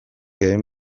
egin